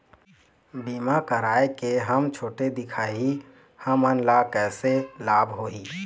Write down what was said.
बीमा कराए के हम छोटे दिखाही हमन ला कैसे लाभ होही?